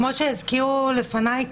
כמו שהזכירו לפניי,